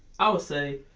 i would say.